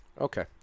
Okay